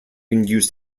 induced